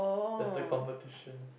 lesser competition